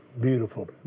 beautiful